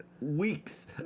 Weeks